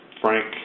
Frank